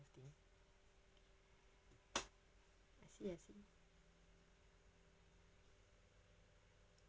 yes